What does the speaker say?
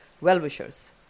well-wishers